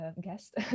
guest